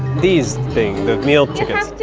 these things, the meal tickets?